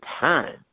time